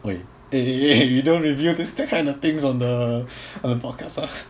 !oi! eh eh eh you don't reveal this kind of things on the on the podcast ah